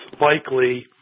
likely